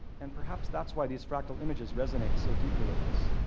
and perhaps that's why these fractal images resonate so deeply with us.